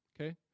okay